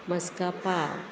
maska pav